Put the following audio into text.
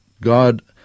God